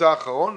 למבצע האחרון?